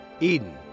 Eden